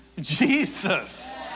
Jesus